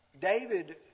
David